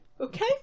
Okay